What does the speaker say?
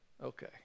Okay